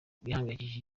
bihangayikishije